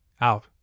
out